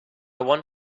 want